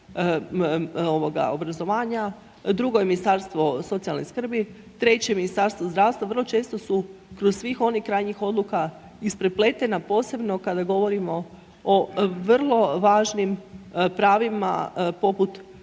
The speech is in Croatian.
drugo je Ministarstvo socijalne skrbi, treće Ministarstvo zdravstva, vrlo često su kroz svih onih krajnjih odluka isprepletena posebno kada govorimo o vrlo važnim pravima poput